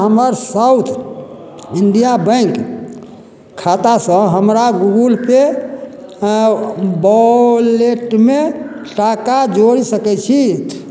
हमर South India bank खातासँ हमरा गूगल पे वॉलेटमे टाका जोड़ि सकैत छी